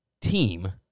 team